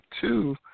Two